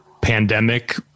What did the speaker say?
pandemic